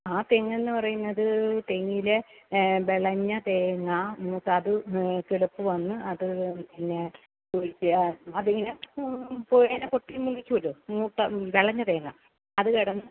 ആ തെങ്ങ് എന്ന് പറയുന്നത് തെങ്ങിലെ വിളഞ്ഞ തേങ്ങ മൂത്ത അത് കിളിത്ത് വന്ന് അത് പിന്നെ കുഴിച്ചിടുക അതിങ്ങനെ ഇല പൊട്ടി മുളക്കുവല്ലോ മൂത്ത വിളഞ്ഞ തേങ്ങ അത് കിടന്ന്